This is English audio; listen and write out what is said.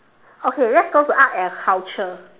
okay let's go to art and culture